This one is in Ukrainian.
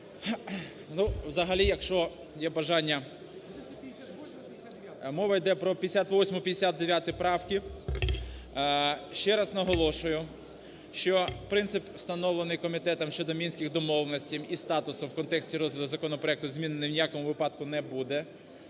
так? Взагалі, якщо є бажання… Мова йде про 58-у і 59 правки. Ще раз наголошую, що принцип, встановлений комітетом щодо Мінських домовленостей і статусу, в контексті розгляду законопроекту змінений ні в якому випадку не буде.